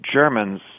Germans